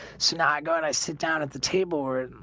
so now i go and i sit down at the table,